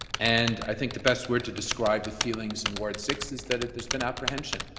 and i think the best word to describe the feelings in ward six is that there's been apprehension.